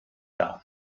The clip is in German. dar